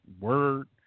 word